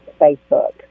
Facebook